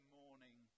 morning